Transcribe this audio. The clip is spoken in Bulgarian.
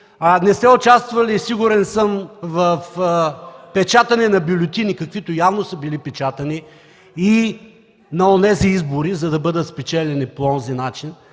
Не сте участвали, сигурен съм, в печатане на бюлетини, каквито явно са били печатани и на онези избори, за да бъдат спечелени по онзи начин,